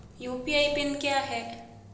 UPI PIN क्या है?